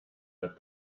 that